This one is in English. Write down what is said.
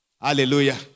hallelujah